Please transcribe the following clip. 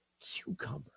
Cucumber